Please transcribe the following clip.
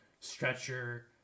stretcher